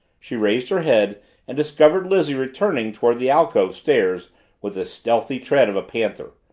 she raised her head and discovered lizzie returning toward the alcove stairs with the stealthy tread of a panther.